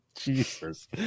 Jesus